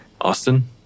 Austin